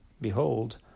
Behold